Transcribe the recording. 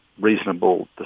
reasonable